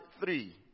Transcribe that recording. three